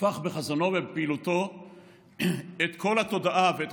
הפך בחזונו ובפעילותו את כל התודעה ואת